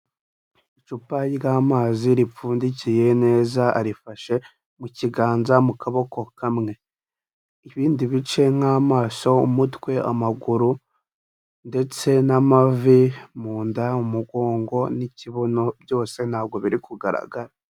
Icupa ry'amazi ripfundikiye neza, arifashe mu kiganza mu kaboko kamwe, ibindi bice nk'amaso, umutwe, amaguru ndetse n'amavi, mu nda, umugongo n'ikibuno, byose ntabwo biri kugaragara.